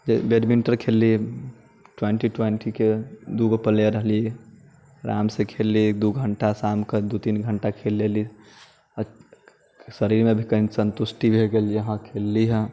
जे बैडमिंटन खेलली ट्वेंटी ट्वेंटीके दूगो प्लेयर रहली आरामसँ खेलली एक दू घण्टा दू तीन घण्टा खेल लेली आ शरीरमे भी संतुष्टि कनि भए गेल जे हँ खेलली हेँ